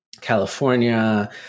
California